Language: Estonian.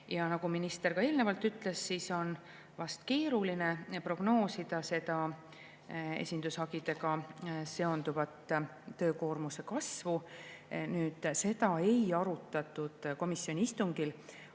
jaganud. Minister eelnevalt ütles, et on vast keeruline prognoosida esindushagidega seonduvat töökoormuse kasvu. Seda küll ei arutatud komisjoni istungil,